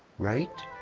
right?